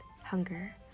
Hunger